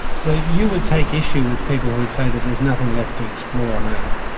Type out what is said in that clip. so you would take issue with people who would say there's nothing left to explore on earth?